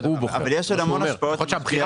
אבל יש עוד המון השפעות על המחזור.